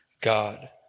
God